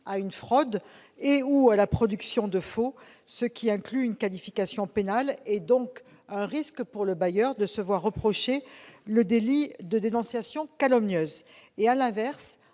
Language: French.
à une fraude ou à la production de faux, ce qui inclut une qualification pénale et donc un risque, pour le bailleur, de se voir reprocher le délit de dénonciation calomnieuse. À l'inverse,